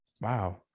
Wow